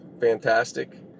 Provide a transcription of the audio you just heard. fantastic